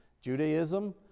Judaism